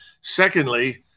Secondly